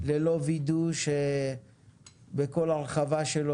ללא וידוא שבכל הרחבה שלו,